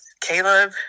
Caleb